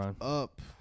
up